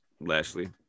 Lashley